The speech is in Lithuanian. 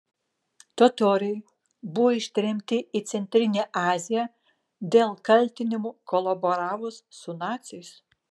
totoriai buvo ištremti į centrinę aziją dėl kaltinimų kolaboravus su naciais